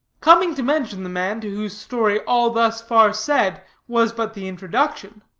coming to mention the man to whose story all thus far said was but the introduction,